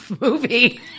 movie